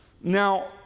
now